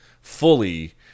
fully